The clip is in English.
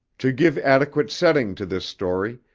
to give adequate setting to this story,